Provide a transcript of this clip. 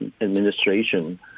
administration